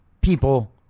people